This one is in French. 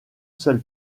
seule